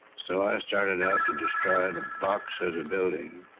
so i started out to destroy the box as a building.